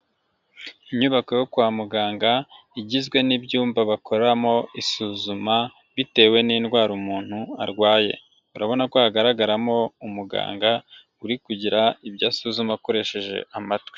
Inyubako yo kwa muganga igizwe n'ibyumba bakoreramo isuzuma bitewe n'indwara umuntu arwaye, urabona ko hagaragaramo umuganga uri kugira ibyo asuzuma akoresheje amatwi.